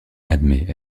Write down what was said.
admet